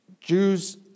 jews